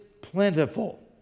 plentiful